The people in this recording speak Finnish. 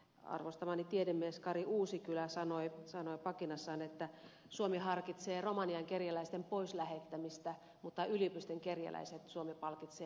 arvostamani tiedemies kari uusikylä sanoi pakinassaan että suomi harkitsee romanian kerjäläisten pois lähettämistä mutta yliopistojen kerjäläiset suomi palkitsee lisämiljoonilla